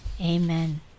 Amen